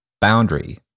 boundary